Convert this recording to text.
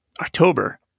October